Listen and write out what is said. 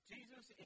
Jesus